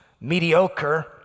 mediocre